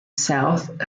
south